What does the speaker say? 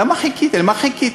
למה חיכית?